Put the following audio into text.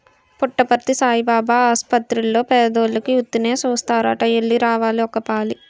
పుట్టపర్తి సాయిబాబు ఆసపత్తిర్లో పేదోలికి ఉత్తినే సూస్తారట ఎల్లి రావాలి ఒకపాలి